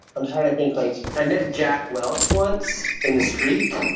i'm trying to think. like i met jack welch once in the street.